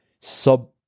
sub-